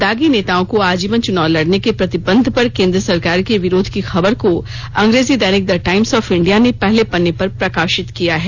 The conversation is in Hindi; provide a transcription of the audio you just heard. दागी नेताओं को आजीवन च्नाव लड़ने के प्रतिबंध पर केंद्र सरकार के विरोध की खबर को अंग्रेजी दैनिक द टाइम्स ऑफ इंडिया ने पहले पन्ने पर प्रकाशित किया है